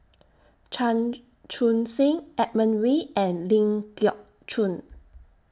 Chan Chun Sing Edmund Wee and Ling Geok Choon